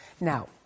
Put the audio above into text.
Now